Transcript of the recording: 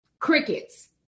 Crickets